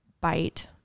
bite